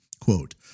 Quote